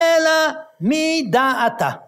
אלא מי דעתה.